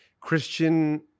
Christian